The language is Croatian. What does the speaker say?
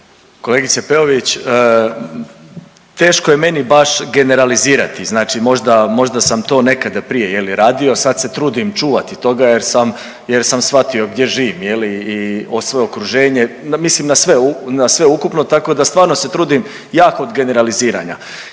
Kolegice Peović, teško je meni baš generalizirati. Znači možda, možda sam to nekada prije je li radio sad se trudim čuvati toga jer sam, jer sam shvatio gdje živim je li i o sve okruženje, mislim na sveukupno tako da stvarno se trudim jako od generaliziranja.